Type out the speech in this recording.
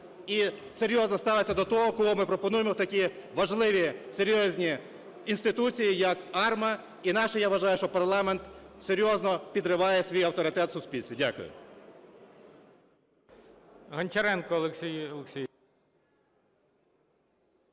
і серйозно ставитися до того, кого ми пропонуємо в такі важливі, серйозні інституції, як АРМА, інакше, я вважаю, що парламент серйозно підриває свій авторитет у суспільстві. Дякую.